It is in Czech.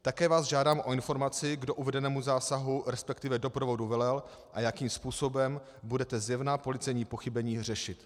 Také vás žádám o informaci, kdo uvedenému zásahu, resp. doprovodu velel a jakým způsobem budete zjevná policejní pochybení řešit.